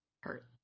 hurt